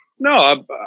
No